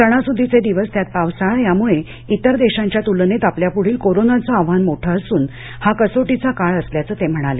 सणासुदीचे दिवस त्यात पावसाळा यामुळे इतर देशांच्या तुलनेत आपल्यापुढील कोरोनाचं आव्हान मोठं असून हा कसोटीचा काळ असल्याचं ठाकरे म्हणाले